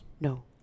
no